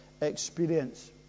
experience